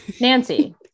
Nancy